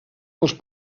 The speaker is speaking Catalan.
els